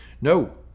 No